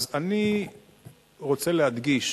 אז אני רוצה להדגיש